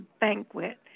Banquet